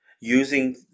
using